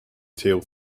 tale